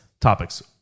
topics